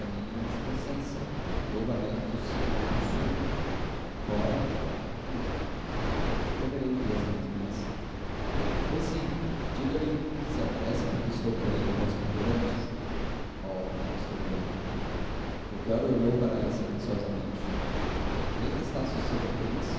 também uma excrescência louva méritos que não possuo embora mande a escreverei duas linhas mais pois sim diga-lhe que se apresse porque estou velho e posso morrer antes oh protestou helena melchior olhou para ela silenciosamente crê que estácio seja feliz